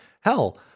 hell